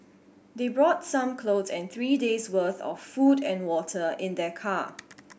they brought some clothes and three days worth of food and water in their car